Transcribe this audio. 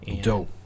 Dope